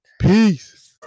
Peace